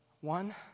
one